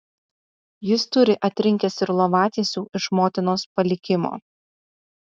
jis turi atrinkęs ir lovatiesių iš motinos palikimo